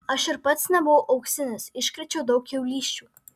aš ir pats nebuvau auksinis iškrėčiau daug kiaulysčių